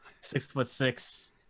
Six-foot-six